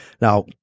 Now